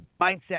mindset